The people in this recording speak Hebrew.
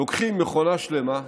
לוקחים מכונה שלמה,